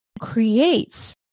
creates